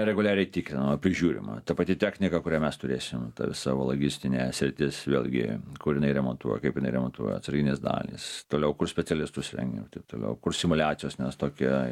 reguliariai tikrinama prižiūrima ta pati technika kurią mes turėsim savo logistinė sritis vėlgi kur jinai remontuoja kaip jinai remontuoja atsarginės dalys toliau kur specialistus rengiam taip toliau kur simuliacijos nes tokia